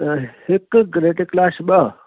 हिकु ग्रेटर कैलाश ॿ